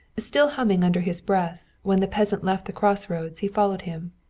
still humming under his breath, when the peasant left the crossroads he followed him.